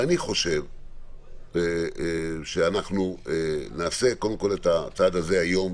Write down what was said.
אני חושב שאנחנו נעשה קודם כול את הצעד הזה היום,